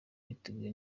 biteguye